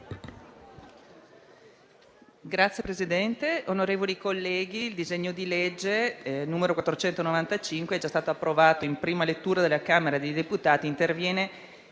Signor Presidente, onorevoli colleghi, il disegno di legge n. 495, già approvato in prima lettura dalla Camera dei deputati, interviene